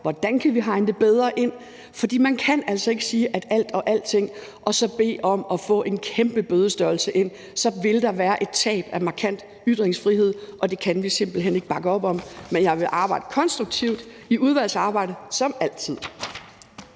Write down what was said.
Hvordan kan vi hegne det bedre ind? For man kan altså ikke sige alt og alting og så bede om at få en kæmpe bødestørrelse, for så vil der være et markant tab af ytringsfrihed, og det kan vi simpelt hen ikke bakke op om. Men jeg vil arbejde konstruktivt i udvalgsarbejdet som altid.